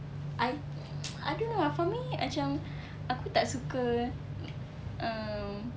I I don't know ah for me macam aku tak suka um